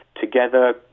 together